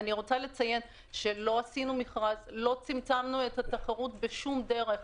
לא עשינו מכרז, לא צמצמנו את התחרות בשום דרך.